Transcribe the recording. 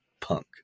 Punk